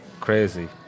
crazy